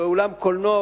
אולם קולנוע,